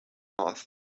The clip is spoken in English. path